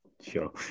Sure